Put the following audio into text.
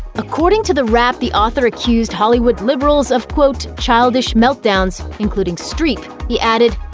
according to the wrap, the author accused hollywood liberals of, quote, childish meltdowns including streep. he added,